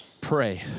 pray